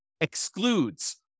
excludes